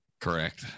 Correct